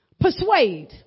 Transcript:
Persuade